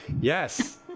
yes